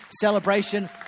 celebration